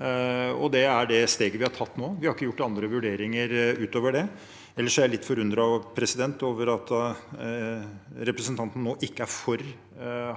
Det er det steget vi har tatt nå. Vi har ikke gjort andre vurderinger utover det. Ellers er jeg litt forundret over at representanten nå ikke er for